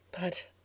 But